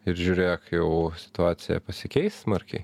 ir žiūrėk jau situacija pasikeis smarkiai